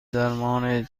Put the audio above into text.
درمان